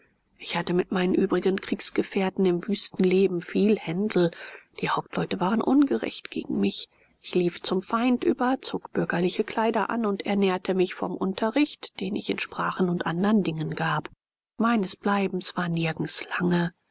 ich hatte mit meinen übrigen kriegsgefährten im wüsten leben viel händel die hauptleute waren ungerecht gegen mich ich lief zum feind über zog bürgerliche kleider an und ernährte mich vom unterricht den ich in sprachen und andern dingen gab meines bleibens war nirgends lange